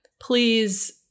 please